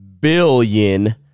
billion